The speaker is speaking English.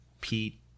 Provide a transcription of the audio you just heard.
Pete